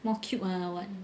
more cute ah or what